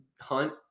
Hunt